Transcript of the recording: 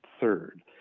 third